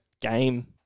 game